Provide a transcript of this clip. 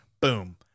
Boom